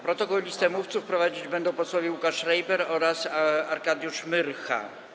Protokół i listę mówców prowadzić będą posłowie Łukasz Schreiber oraz Arkadiusz Myrcha.